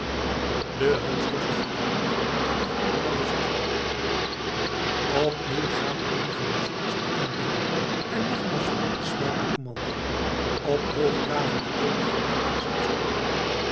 de hansworst verdwijnt en de honden blijven zitten opnieuw gaan eenige bezoekers de tent binnen en nogmaals spreekt de spelrecommandeerder op hoogdravenden toon het geachte gezelschap aan